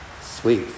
Sweet